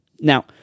Now